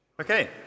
okay